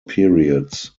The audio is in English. periods